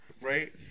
right